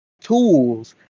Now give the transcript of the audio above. tools